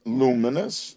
luminous